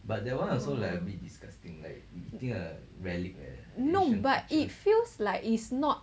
no but it feels like it's not